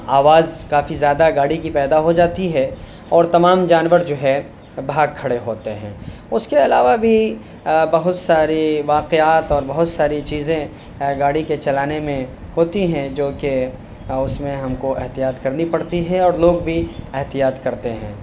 آواز کافی زیادہ گاڑی کی پیدا ہو جاتی ہے اور تمام جانور جو ہے بھاگ کھڑے ہوتے ہیں اس کے علاوہ بھی بہت سارے واقعات اور بہت ساری چیزیں گاڑی کے چلانے میں ہوتی ہیں جوکہ اس میں ہم کو احتیاط کرنی پڑتی ہے اور لوگ بھی احتیاط کرتے ہیں